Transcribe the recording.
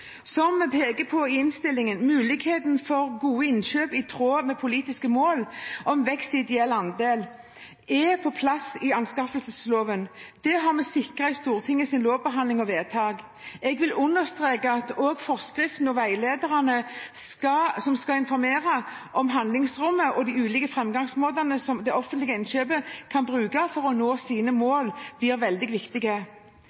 Som vi peker på i innstillingen er muligheten for gode innkjøp i tråd med politiske mål om vekst i ideell andel på plass i anskaffelsesloven. Det har vi sikret ved Stortingets lovbehandling og vedtak. Jeg vil understreke at også forskriftene og veilederne som skal informere om handlingsrommet og de ulike framgangsmåtene som de offentlige innkjøpere kan bruke for å nå sine